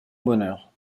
bonheur